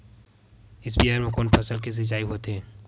स्पीयर म कोन फसल के सिंचाई होथे?